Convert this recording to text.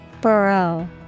Burrow